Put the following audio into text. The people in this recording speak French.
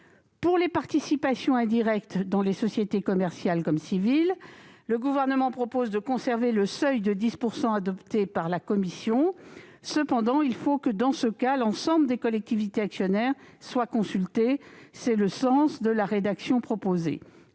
Pour les participations indirectes dans les sociétés commerciales comme civiles, le Gouvernement propose de conserver le seuil de 10 % adopté par la commission. Cependant, dans ce cas, il faut que l'ensemble des collectivités actionnaires soient consultées. C'est le sens de la rédaction proposée.